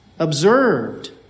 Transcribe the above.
Observed